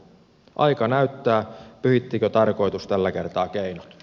aika näyttää pyhittikö tarkoitus tällä kertaa keinot